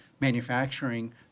manufacturing